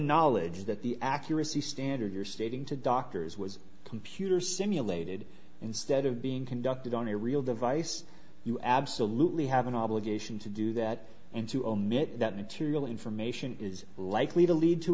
knowledge that the accuracy standard you're stating to doctors was computer simulated instead of being conducted on a real device you absolutely have an obligation to do that and to omit that material information is likely to lead to